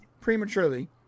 prematurely